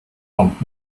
kommt